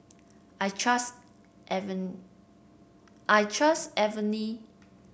I trust I trust